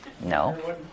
No